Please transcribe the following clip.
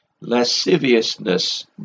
lasciviousness